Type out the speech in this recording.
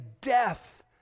death